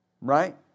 Right